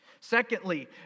Secondly